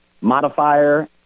Modifier